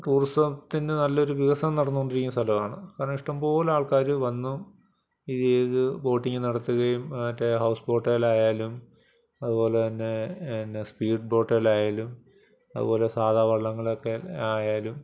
ടൂറിസത്തിന് നല്ലൊരു വികസനം നടന്നുകൊണ്ടിരിക്കണ സ്ഥലമാണ് കാരണം ഇഷ്ടംപോലെ ആൾക്കാർ വന്നും ഈ ബോട്ടിങ്ങ് നടത്തുകയും മറ്റേ ഹൗസ്ബോട്ടിലായാലും അതുപോലെതന്നെ പിന്നെ സ്പീഡ്ബോട്ടിലായാലും അതുപോലെ സാധാ വള്ളങ്ങളഓക്കെ ആയാലും